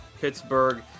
Pittsburgh